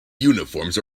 uniforms